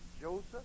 Joseph